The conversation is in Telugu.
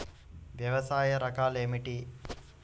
వ్యవసాయ రకాలు ఏమిటి?